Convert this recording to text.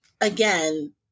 again